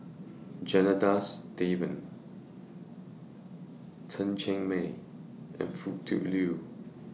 Janadas Devan Chen Cheng Mei and Foo Tui Liew